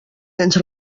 tens